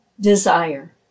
desire